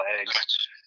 eggs